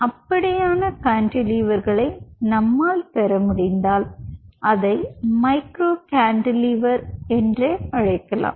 அப்படியான கான்டெலீவ்ர்களை நம்மால் பெற முடிந்தால் அதை மைக்ரோ கேன்டிலேவ்ர் என்று அழைக்கலாம்